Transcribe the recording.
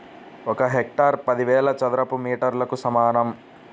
ఒక హెక్టారు పదివేల చదరపు మీటర్లకు సమానం